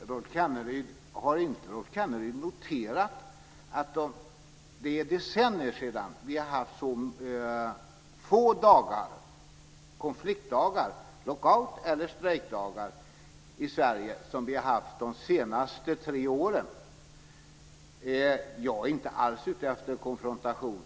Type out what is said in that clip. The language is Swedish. Fru talman! Har inte Rolf Kenneryd noterat att det är decennier sedan vi har haft så få konfliktdagar, lockout eller strejkdagar, i Sverige som vi har haft de senaste tre åren? Jag är inte alls ute efter konfrontation.